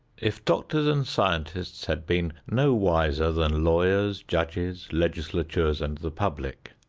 if doctors and scientists had been no wiser than lawyers, judges, legislatures and the public,